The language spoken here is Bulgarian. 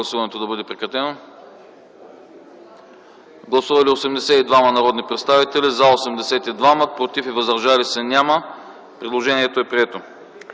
Предложението е прието.